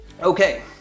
okay